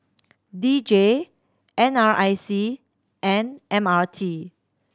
D J N R I C and M R T